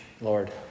Lord